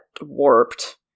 warped